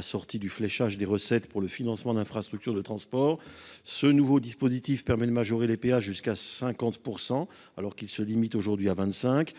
Sorti du fléchage des recettes pour le financement d'infrastructures de transport. Ce nouveau dispositif permet de majorer les péages jusqu'à 50% alors qu'il se limite aujourd'hui à 25.